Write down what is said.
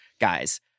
guys